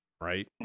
right